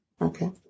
Okay